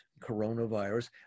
coronavirus